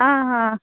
आं हां